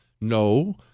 No